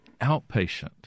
outpatient